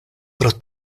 pro